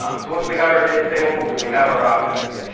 um so once we have our data table, and we have our options,